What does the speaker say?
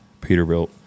peterbilt